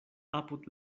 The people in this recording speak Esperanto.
apud